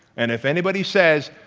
and if anybody says,